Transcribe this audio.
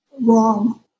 wrong